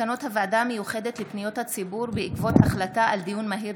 מסקנות הוועדה המיוחדת לפניות הציבור בעקבות דיון מהיר